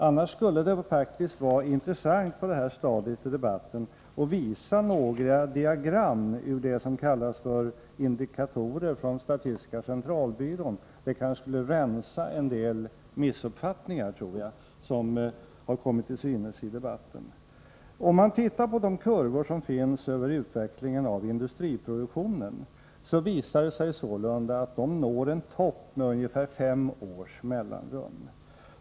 Annars skulle det faktiskt vara intressant på det här stadiet av debatten att visa några diagram ur det som kallas indikatorer från statistiska centralbyrån; det kanske skulle rensa bort en del missuppfattningar som kommit till synes i debatten. Om man tittar på de kurvor som finns över utvecklingen av industriproduktionen, finner man sålunda att de når en topp med ungefär fem års mellanrum.